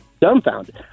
dumbfounded